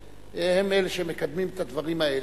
שהם אלה שמקדמים את הדברים האלה,